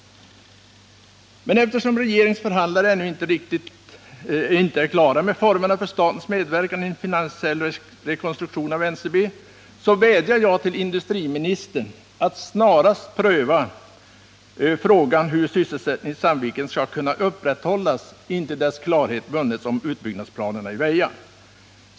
Men eftersom regeringens förhandlare ännu inte är klara med formerna för statens medverkan i en finansiell rekonstruktion av NCB, vädjar jag till industriministern att snarast pröva frågan hur sysselsättningen i Sandviken skall kunna upprätthållas intill dess klarhet vunnits om utbyggnaden i Väja.